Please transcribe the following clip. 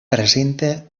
presenta